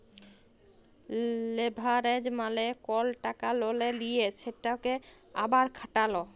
leverage মালে কল টাকা ললে লিঁয়ে সেটকে আবার খাটালো